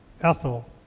Ethel